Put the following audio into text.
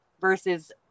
versus